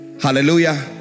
Hallelujah